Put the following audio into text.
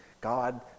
God